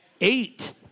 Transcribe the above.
eight